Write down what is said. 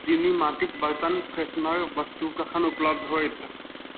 चीनी माटिके बरतन फ्रेशनर वस्तु कखन उपलब्ध होएत